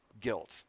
guilt